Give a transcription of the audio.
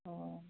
अ